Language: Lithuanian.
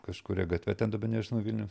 kažkuria gatve ten dabar nežinau vilniaus